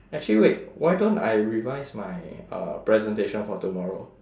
actually wait why don't I revise my uh presentation for tomorrow